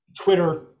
Twitter